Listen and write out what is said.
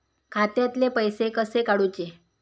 खात्यातले पैसे कसे काडूचे?